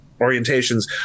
orientations